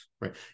right